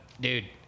dude